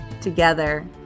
together